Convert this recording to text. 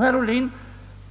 Herr Ohlin